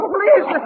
Please